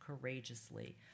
courageously